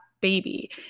baby